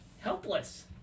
helpless